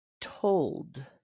told